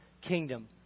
kingdom